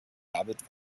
david